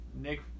Nick